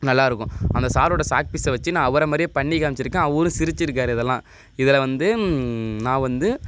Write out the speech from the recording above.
நல்லா இருக்கும் அந்த சாரோட சாக்பீஸை வச்சி நான் அவரை மாதிரியே பண்ணி காம்மிச்சிருக்கேன் அவரும் சிரிச்சிருக்கார் இதெம்லாம் இதில் வந்து நான் வந்து